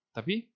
Tapi